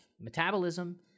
metabolism